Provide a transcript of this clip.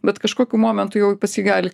bet kažkokiu momentu jau pas jį gali